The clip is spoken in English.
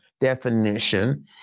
definition